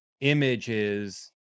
images